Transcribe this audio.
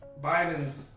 biden's